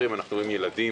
ישראל,